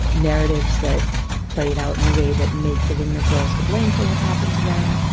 narratives that played out in a way that make the women or girls to blame for what's happened to them.